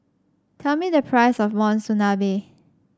tell me the price of Monsunabe